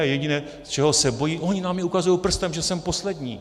Jediné, čeho se bojí: oni na mě ukazují prstem, že jsem poslední.